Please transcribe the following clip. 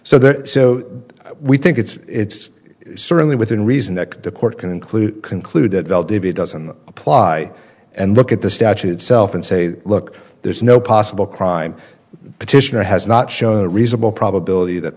so there so we think it's certainly within reason that the court can include conclude that bell david doesn't apply and look at the statute itself and say look there's no possible crime petitioner has not shown a reasonable probability that